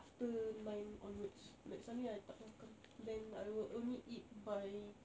after nine onwards like suddenly I tak makan then I will only eat by